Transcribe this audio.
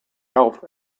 health